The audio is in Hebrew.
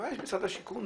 מה יש במשרד השיכון?